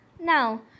now